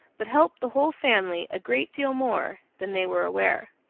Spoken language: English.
but helped the whole family a great deal more than they were aware.